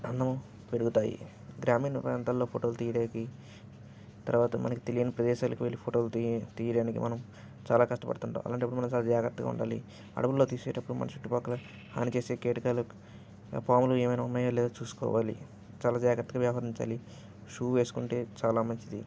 అందము పెరుగుతాయి గ్రామీణ ప్రాంతాల్లో ఫోటోలు తీయడాకి తరువాత మనకి తెలియని ప్రదేశాలకి వెళ్ళి ఫోటోలు తీ తీయడానికి మనం చాలా కష్టపడుతుంటాము అలాంటప్పుడు మనం చాలా జాగ్రత్తగా ఉండాలి అడవుల్లో తీసేటప్పుడు మన చుట్టు ప్రక్కల హాని చేసే కీటకాలు పాములు ఏమైనా ఉన్నాయా లేదా చూసుకోవాలి చాలా జాగ్రత్తగా వ్యవహరించాలి షూ వేసుకుంటే చాలా మంచిది